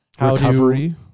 Recovery